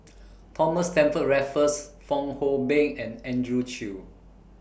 Thomas Stamford Raffles Fong Hoe Beng and Andrew Chew